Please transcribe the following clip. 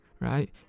right